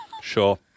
sure